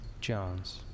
Jones